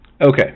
Okay